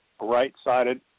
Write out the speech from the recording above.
right-sided